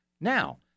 Now